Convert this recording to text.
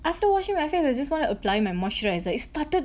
after washing my face I just wanna apply my moisturiser it started